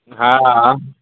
हँ हँ